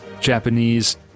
Japanese